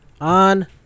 on